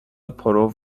پرو